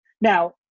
Now